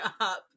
up